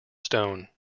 stone